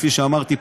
כפי שאמרתי,